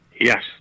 Yes